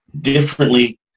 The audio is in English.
differently